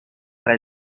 para